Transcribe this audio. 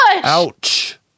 Ouch